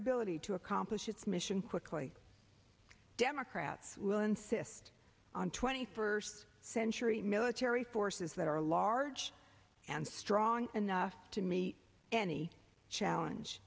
ability to accomplish its mission quickly democrats will insist on twenty first century military forces that are large and strong enough to meet any challenge